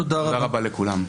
תודה רבה לכולם.